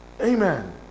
Amen